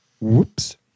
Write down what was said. Whoops